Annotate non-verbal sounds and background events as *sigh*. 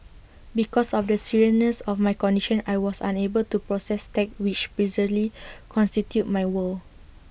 because of the seriousness of my condition I was unable to process text which previously *noise* constituted my world